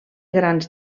grans